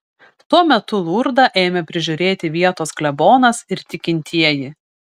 tuo metu lurdą ėmė prižiūrėti vietos klebonas ir tikintieji